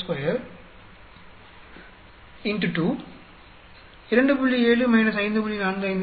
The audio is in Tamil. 452 X 2 2